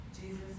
Jesus